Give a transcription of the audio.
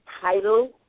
title